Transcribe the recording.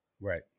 Right